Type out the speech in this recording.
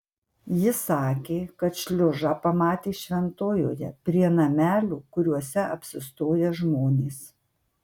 ji sakė kad šliužą pamatė šventojoje prie namelių kuriuose apsistoja žmonės